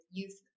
youth